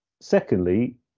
secondly